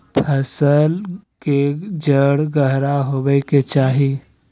फसल के जड़ गहरा होबय के चाही